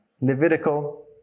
Levitical